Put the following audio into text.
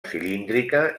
cilíndrica